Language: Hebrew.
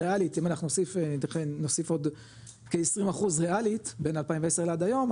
ריאלית אם אנחנו נוסיף עוד כ-20% ריאלית בין 2010 ועד היום,